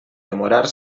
demorar